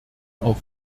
auf